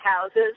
houses